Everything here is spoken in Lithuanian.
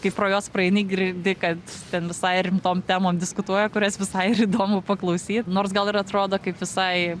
kai pro juos praeini girdi kad ten visai rimtom temom diskutuoja kurias visai ir įdomu paklausyt nors gal ir atrodo kaip visai